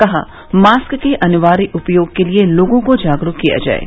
कहा मास्क के अनिवार्य उपयोग के लिए लोगों को जागरूक किया जाये